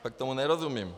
Fakt tomu nerozumím.